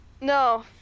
no